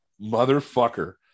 motherfucker